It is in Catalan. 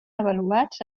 avaluats